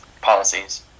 policies